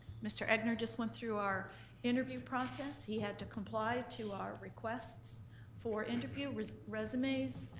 mr. egnor just went through our interview process, he had to comply to our requests for interview, resumes,